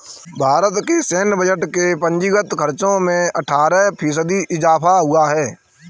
भारत के सैन्य बजट के पूंजीगत खर्चो में अट्ठारह फ़ीसदी इज़ाफ़ा हुआ है